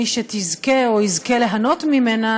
למי שתזכה או יזכה ליהנות ממנה,